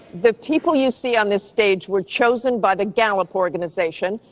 the people you see on this stage were chosen by the gallup organization,